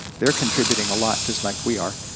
they're contributing a lot just like we are,